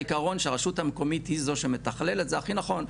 העיקרון שהרשות המקומית היא זו שמתכללת זה הכי נכון,